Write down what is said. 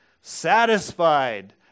satisfied